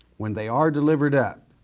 when they are delivered up,